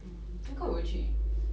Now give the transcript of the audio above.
mm 那个我有去